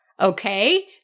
Okay